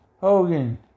Hogan